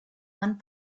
one